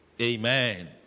Amen